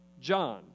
John